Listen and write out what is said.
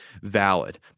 valid